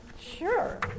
Sure